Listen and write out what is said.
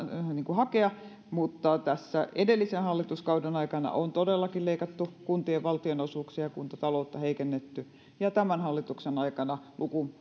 hakea mutta edellisen hallituskauden aikana on todellakin leikattu kuntien valtionosuuksia ja kuntataloutta heikennetty ja tämän hallituksen aikana luku